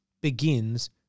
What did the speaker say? begins